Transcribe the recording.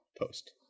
post